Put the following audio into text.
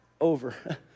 Over